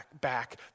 back